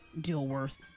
Dilworth